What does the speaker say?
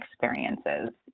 experiences